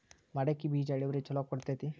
ಮಡಕಿ ಬೇಜ ಇಳುವರಿ ಛಲೋ ಕೊಡ್ತೆತಿ?